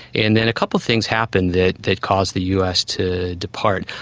and then a couple of things happened that that caused the us to depart.